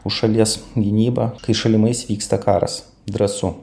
už šalies gynybą kai šalimais vyksta karas drąsu